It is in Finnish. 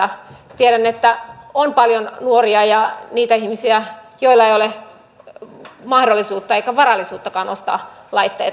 tiedän että on paljon nuoria ja niitä ihmisiä joilla ei ole mahdollisuutta eikä varallisuuttakaan ostaa laitteita